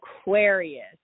Aquarius